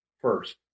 first